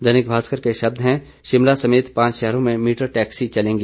दैनिक भास्कर के शब्द हैं शिमला समेत पांच शहरों में मीटर टैक्सी चलेंगी